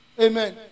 Amen